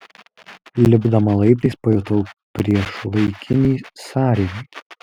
lipdama laiptais pajutau priešlaikinį sąrėmį